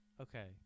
Okay